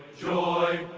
joy,